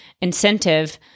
incentive